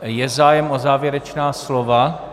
Je zájem o závěrečná slova?